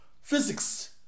physics